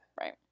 right